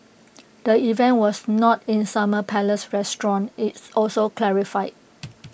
the event was not in summer palace restaurant its also clarified